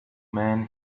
man